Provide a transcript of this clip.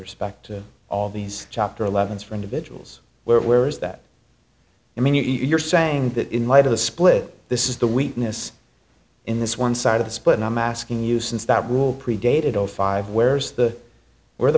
respect to all these chapter eleven is for individuals where where is that i mean you're saying that in light of the split this is the weakness in this one side of the split and i'm asking you since that will predated zero five where's the where the